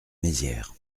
mézières